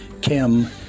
Kim